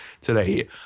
today